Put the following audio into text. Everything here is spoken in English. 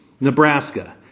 Nebraska